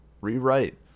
Rewrite